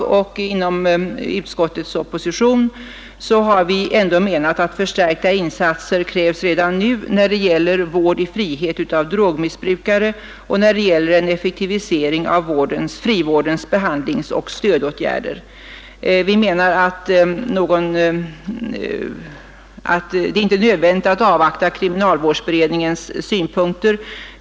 En minoritet inom utskottet har emellertid ändå tyckt att förstärkta insatser krävs redan nu när det gäller vård i frihet av drogmissbrukare och när det gäller en effektivisering av frivårdens behandlingsoch stödåtgärder. Vi menar att det inte är nödvändigt att avvakta kriminalvårdsberedningens synpunkter.